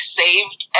saved